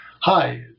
hi